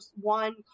one